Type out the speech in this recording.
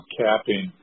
capping